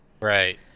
Right